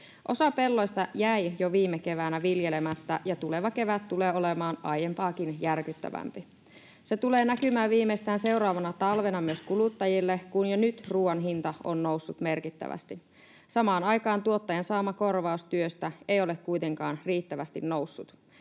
Osa pelloista jäi jo viime keväänä viljelemättä, ja tuleva kevät tulee olemaan aiempaakin järkyttävämpi. Se tulee näkymään viimeistään seuraavana talvena myös kuluttajille, kun jo nyt ruoan hinta on noussut merkittävästi. Samaan aikaan tuottajan saama korvaus työstä ei ole kuitenkaan riittävästi noussut